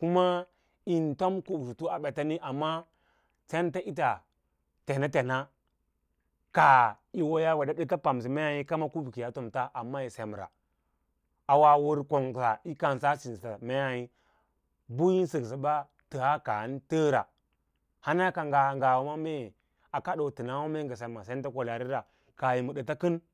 kuna yim fom kubusto a bets ama sents its lenlen kaah yiwo ta wede sants kubu pansa mee kam yi tam ta amma yisemra awoa war kongsa yii ksaa sisa mei bu yin saksa ri kansaa sinsa mei buyin saksa aa taa kaabu taara hana ka ngawa mee akadoo tanswa mee nga senseu ta kwalaari ra kaah ma data kan